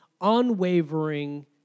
unwavering